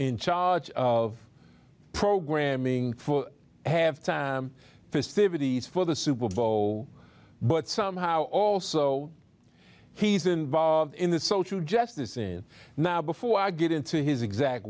in charge of programming have festivities for the super bowl but somehow also he's involved in the social justice is now before i get into his exact